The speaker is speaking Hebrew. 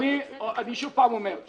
אני שוב אומר את